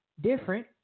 different